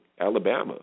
Alabama